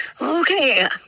Okay